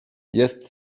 jest